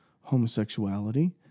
homosexuality